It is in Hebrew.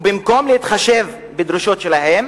ובמקום להתחשב בדרישות שלהם,